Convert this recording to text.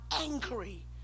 angry